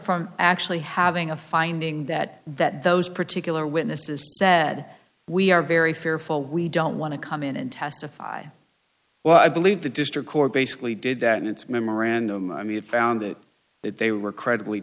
from actually having a finding that that those particular witnesses said we are very fearful we don't want to come in and testify well i believe the district court basically did that in its memorandum i mean it found that they were credibl